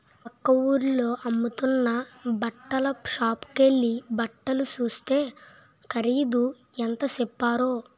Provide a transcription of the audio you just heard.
పక్క వూరిలో అమ్ముతున్న బట్టల సాపుకెల్లి బట్టలు సూస్తే ఖరీదు ఎంత సెప్పారో